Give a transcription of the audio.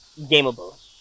gameable